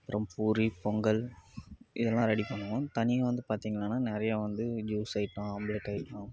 அப்புறம் பூரி பொங்கல் இதெல்லாம் ரெடி பண்ணுவோம் தனியாக வந்து பார்த்தீங்கனான்னா நிறையா வந்து ஜூஸ் ஐட்டம் ஆம்பலெட் ஐட்டம்